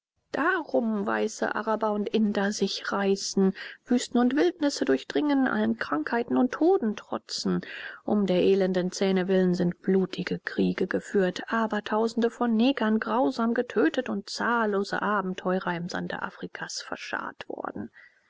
darum weiße araber und inder sich reißen wüsten und wildnisse durchdringen allen krankheiten und toden trotzen um der elenden zähne willen sind blutige kriege geführt abertausende von negern grausam getötet und zahllose abenteurer im sande afrikas verscharrt worden